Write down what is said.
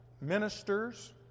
ministers